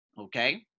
okay